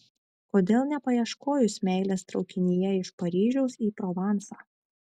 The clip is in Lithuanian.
kodėl nepaieškojus meilės traukinyje iš paryžiaus į provansą